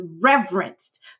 reverenced